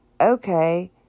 okay